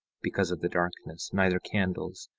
because of the darkness, neither candles,